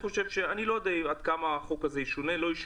אני לא יודע עד כמה החוק הזה ישונה או לא.